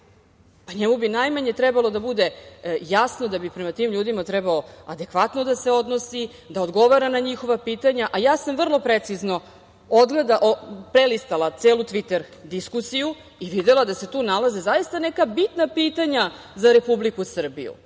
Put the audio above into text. njemu bi najmanje trebalo da bude jasno da bi prema tim ljudima trebao adekvatno da se odnosi, da odgovara na njihova pitanja, a ja sam vrlo precizno prelistala celu Tviter diskusiju i videla da se tu nalaze zaista neka bitna pitanja za Republiku Srbiju.